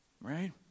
Right